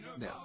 No